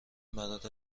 برات